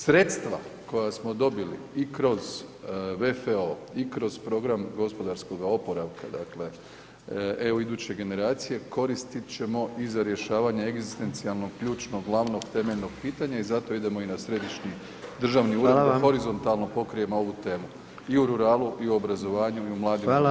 Sredstva koja smo dobili i kroz VFO i kroz program gospodarskoga oporavka „EU iduće generacije“ koristit ćemo i za rješavanje egzistencijalnog ključno glavnog temeljnog pitanja i zato idemo i na središnji državni ured da horizontalno pokrijemo ovu temu i u ruralu, i u obrazovanju, i u mladim obiteljima.